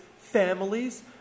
families